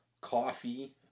coffee